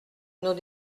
nos